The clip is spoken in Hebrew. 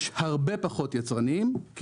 יש הרבה פחות יצרנים,